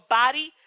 body